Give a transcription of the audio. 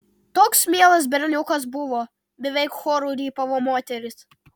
toks mielas berniukas buvo beveik choru rypavo moterys